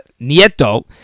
Nieto